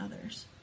others